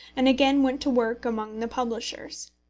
and again went to work among the publishers.